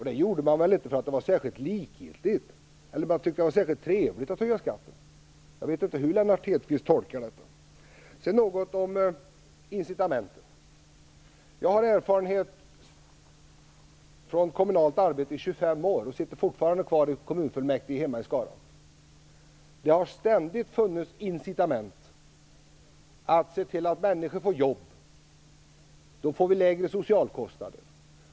Det har man inte gjort därför att det var likgiltigt eller därför att det är särskilt trevligt att höja skatten. Jag vet inte hur Lennart Hedquist tolkar detta. Sedan något om incitamenten. Jag har 25 års erfarenhet av kommunalt arbete, och jag sitter fortfarande i kommunfullmäktige hemma i Skara. Det har ständigt funnits incitament att se till att människor får jobb. Då får vi lägre socialkostnader.